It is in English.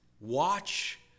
Watch